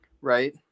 Right